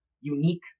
unique